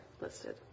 listed